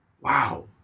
Wow